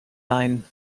leihen